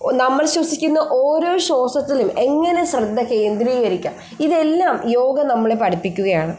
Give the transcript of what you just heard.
നമ്മൾ ശ്വസിക്കുന്ന ഓരോ ശ്വാസത്തിലും എങ്ങനെ ശ്രദ്ധ കേന്ദ്രീകരിക്കാം ഇതെല്ലാം യോഗ നമ്മളെ പഠിപ്പിക്കുകയാണ്